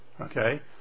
okay